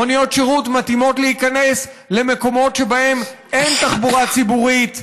מוניות שירות מתאימות להיכנס למקומות שבהם אין תחבורה ציבורית,